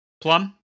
Plum